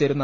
ചേരുന്ന